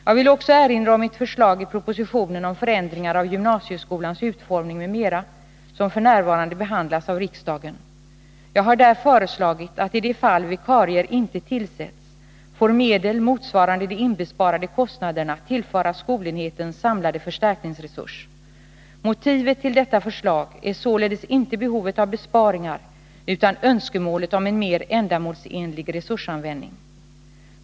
Jag vill också erinra om mitt förslag i propositionen om förändringar av gymnasieskolans utformning m.m. som f. n. behandlas av riksdagen. Jag har där föreslagit att i de fall vikarier inte tillsätts får medel motsvarande de inbesparade kostnaderna tillföras skolenhetens samlade förstärkningsresurs. Motivet till detta förslag är således inte behovet av besparingar utan önskemålet om en mera ändamålsenlig resursanvändning.